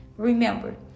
Remember